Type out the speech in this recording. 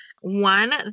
one